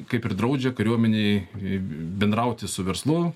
kaip ir draudžia kariuomenei bendrauti su verslu